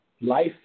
life